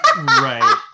Right